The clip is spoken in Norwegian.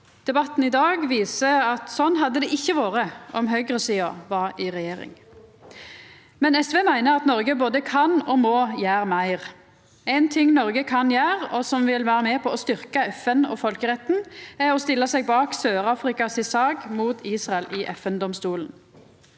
Debatten i dag viser at slik hadde det ikkje vore om høgresida var i regjering. SV meiner likevel at Noreg både kan og må gjera meir. Ein ting Noreg kan gjera, og som vil vera med på å styrkja FN og folkeretten, er å stilla seg bak Sør-Afrikas sak mot Israel i FN-domstolen.